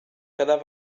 quedar